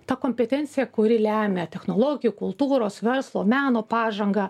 ta kompetencija kuri lemia technologijų kultūros verslo meno pažangą